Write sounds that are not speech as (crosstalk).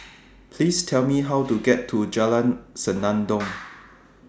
(noise) Please Tell Me How to get to Jalan Senandong (noise)